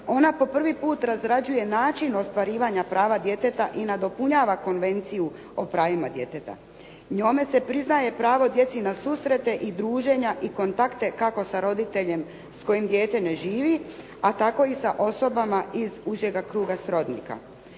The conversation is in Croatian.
Ona po prvi put razrađuje način ostvarivanja prava djeteta i nadopunjava Konvenciju o pravima djeteta. Njome se priznaje pravo djeci na susrete i druženja i kontakte, kako sa roditeljem s kojim dijete ne živi, a tako i sa osoba iz užega kruga srodnika.